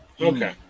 Okay